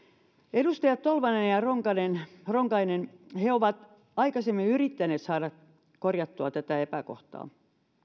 edustajat tolvanen ja ronkainen ronkainen ovat aikaisemmin yrittäneet saada korjattua tätä epäkohtaa